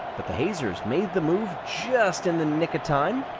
but the hazers made the move just in the nick of time.